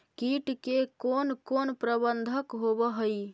किट के कोन कोन प्रबंधक होब हइ?